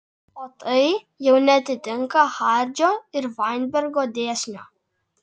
o tai jau neatitinka hardžio ir vainbergo dėsnio